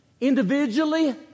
individually